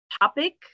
topic